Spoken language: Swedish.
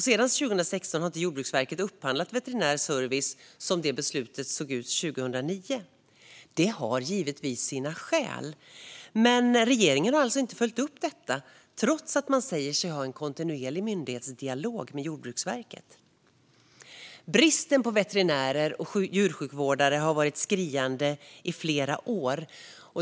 Sedan 2016 har Jordbruksverket inte upphandlat veterinär service så som beslutet såg ut 2009. Det finns givetvis skäl för det, men regeringen har alltså inte följt upp detta, trots att man säger sig ha en kontinuerlig myndighetsdialog med Jordbruksverket. Bristen på veterinärer och djursjukvårdare har varit skriande i flera år.